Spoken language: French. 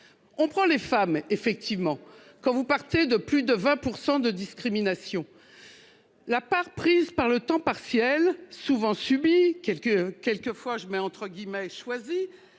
On prend les femmes effectivement quand vous partez de plus de 20% de discrimination. La part prise par le temps partiel, souvent subi quelques quelques fois je mets entre guillemets choisies